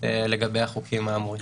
לגבי החוקים האמורים.